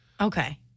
Okay